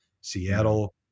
Seattle